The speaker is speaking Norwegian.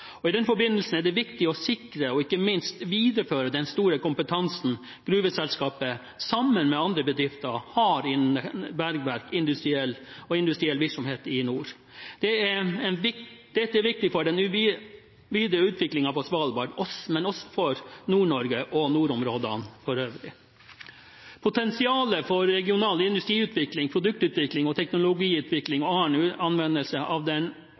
I den forbindelse er det viktig å sikre og ikke minst videreføre den store kompetansen gruveselskapet sammen med andre bedrifter har innen bergverk og industriell virksomhet i nord. Dette er viktig for den videre utviklingen på Svalbard, men også for Nord-Norge og nordområdene for øvrig. Potensialet for regional industriutvikling, produktutvikling, teknologiutvikling og annen anvendelse av den